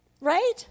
Right